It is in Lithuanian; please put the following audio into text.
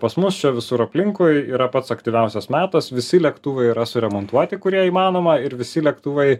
pas mus čia visur aplinkui yra pats aktyviausias metas visi lėktuvai yra suremontuoti kurie įmanoma ir visi lėktuvai